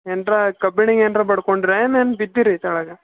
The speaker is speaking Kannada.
ಏನಾರ ಕಬ್ಬಿಣ ಏನರಾ ಬಡ್ಕೊಂಡ್ರಾ ಏನು ಬಿದ್ದಿರೀ ತೆಳ್ಳಗೆ